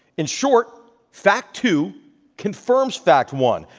in short, fact two confirms fact one.